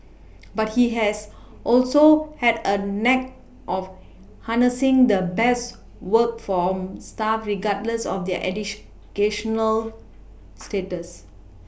but he has also had a knack of harnessing the best work from staff regardless of their status